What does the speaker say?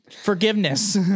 forgiveness